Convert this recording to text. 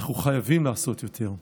אנחנו חייבים לעשות יותר,